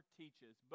teaches